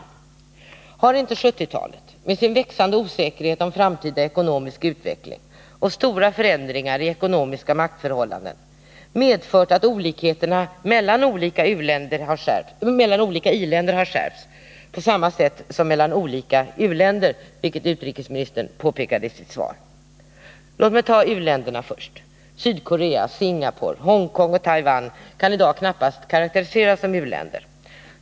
Har inte 1970-talet med sin växande osäkerhet om framtida ekonomisk utveckling och stora förändringar i ekonomiska maktförhållanden medfört att olikheterna mellan olika i-länder har skärpts på samma sätt som mellan olika u-länder, vilket utrikesministern påpekade i sitt svar? Låt mig ta u-länderna först. Sydkorea, Singapore, Hongkong och Taiwan Nr 48 kan i dag knappast karakteriseras som u-länder.